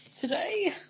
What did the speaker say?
today